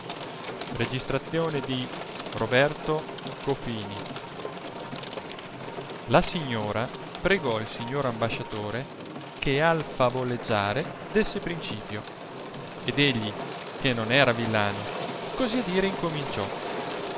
qual finita la signora pregò il signor ambasciatore che al favoleggiare desse principio ed egli che non era villano così a dire incominciò